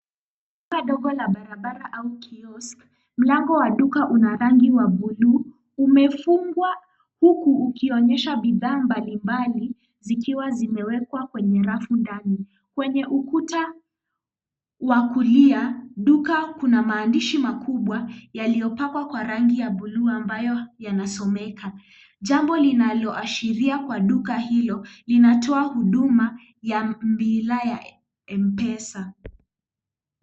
Duka dogo la barabara au kiosk , mlango wa duka una rangi ya buluu. Imefungwa huku ikionyesha bidhaa mbalimbali zikiwa zimewekwa kwenye rafu ndani. Kwenye ukuta wa kulia duka kuna maandishi makubwa yaliyopakwa rangi ya buluu ambayo yanasomeka jambo linaloashiria duka hilo linatoa huduma ya mila ya mpesa.